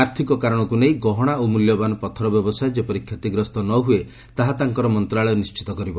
ଆର୍ଥକ କାରଣକୁ ନେଇ ଗହଣା ଓ ମୂଲ୍ୟବାନ ପଥର ବ୍ୟବସାୟ ଯେପରି କ୍ଷତିଗ୍ରସ୍ତ ନ ହୁଏ ତାହା ତାଙ୍କର ମନ୍ତ୍ରଣାଳୟ ନିଣ୍ଚିତ କରିବ